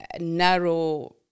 narrow